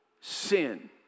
sin